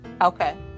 Okay